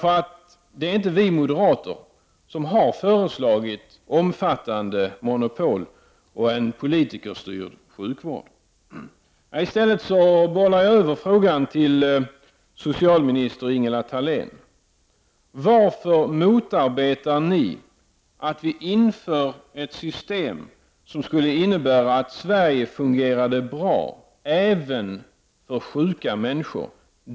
Det är inte vi moderater som har föreslagit omfattande monopol och en politikerstyrd sjukvård. I stället bollar jag över frågan till socialminister Ingela Thalén. Varför motarbetar ni att Sverige inför ett system som skulle innebära att Sverige fungerade bra även för sjuka människor?